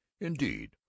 Indeed